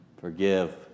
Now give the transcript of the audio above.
Forgive